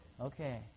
Okay